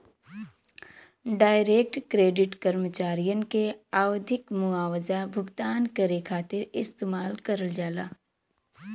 direct credit कर्मचारियन के आवधिक मुआवजा भुगतान करे खातिर इस्तेमाल करल जाला